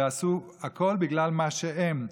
ועשו הכול בגלל מה שהם,